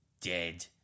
Dead